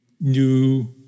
new